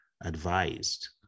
advised